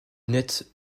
lunettes